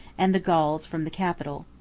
and the gauls from the capitol.